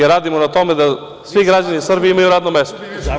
Radimo na tome da svi građani Srbije imaju radno mesto.